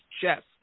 chest